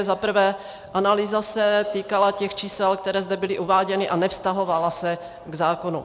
Za prvé, analýza se týkala těch čísel, která zde byla uváděna, a nevztahovala se k zákonu.